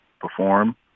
perform